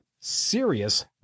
serious